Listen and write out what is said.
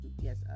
yes